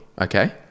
okay